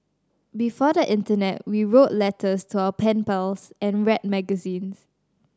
before the internet we wrote letters to our pen pals and read magazines